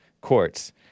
courts